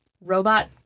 robot